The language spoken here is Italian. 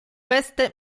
veste